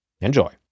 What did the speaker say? Enjoy